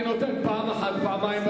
אני נותן פעם אחת, פעמיים.